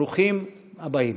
ברוכים הבאים.